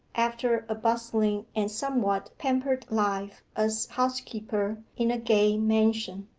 after a bustling and somewhat pampered life as housekeeper in a gay mansion.